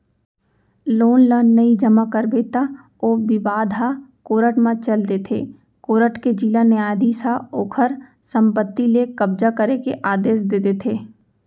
loan ल नइ जमा करबे त ओ बिबाद ह कोरट म चल देथे कोरट के जिला न्यायधीस ह ओखर संपत्ति ले कब्जा करे के आदेस दे देथे